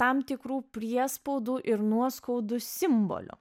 tam tikrų priespauda ir nuoskaudų simboliu